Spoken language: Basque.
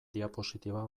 diapositiba